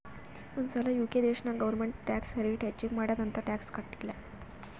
ಒಂದ್ ಸಲಾ ಯು.ಕೆ ದೇಶನಾಗ್ ಗೌರ್ಮೆಂಟ್ ಟ್ಯಾಕ್ಸ್ ರೇಟ್ ಹೆಚ್ಚಿಗ್ ಮಾಡ್ಯಾದ್ ಅಂತ್ ಟ್ಯಾಕ್ಸ ಕಟ್ಟಿಲ್ಲ